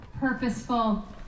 purposeful